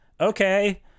okay